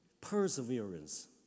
Perseverance